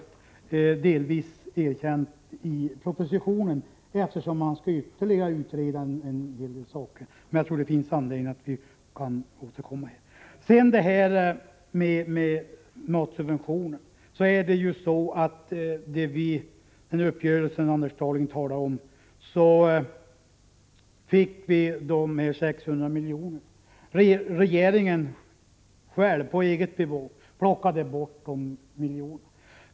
Det har man delvis erkänt i propositionen, eftersom man ytterligare skall utreda en hel del frågor. Jag tror som sagt att vi får anledning återkomma. I fråga om matsubventionen var det ju så när det gäller den uppgörelse som Anders Dahlgren talade om att vi fick 600 miljoner. Regeringen tog sedan på eget bevåg bort de miljonerna.